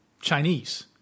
Chinese